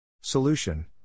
Solution